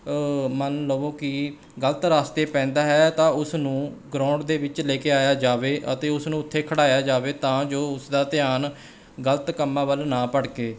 ਮੰਨ ਲਵੋ ਕਿ ਗਲਤ ਰਸਤੇ ਪੈਂਦਾ ਹੈ ਤਾਂ ਉਸ ਨੂੰ ਗਰਾਊਂਡ ਦੇ ਵਿੱਚ ਲੈ ਕੇ ਆਇਆ ਜਾਵੇ ਅਤੇ ਉਸਨੂੰ ਉੱਥੇ ਖਿਡਾਇਆ ਜਾਵੇ ਤਾਂ ਜੋ ਉਸਦਾ ਧਿਆਨ ਗਲਤ ਕੰਮਾਂ ਵੱਲ ਨਾ ਭੜਕੇ